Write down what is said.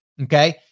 Okay